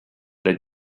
they